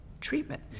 treatment